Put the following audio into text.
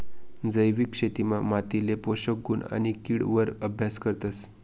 जैविक शेतीमा मातीले पोषक गुण आणि किड वर अभ्यास करतस